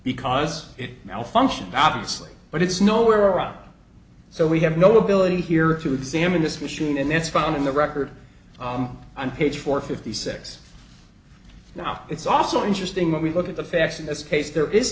because it malfunctioned obviously but it's nowhere out so we have no ability here to examine this machine and it's found in the record on page four fifty six now it's also interesting when we look at the facts in this case there is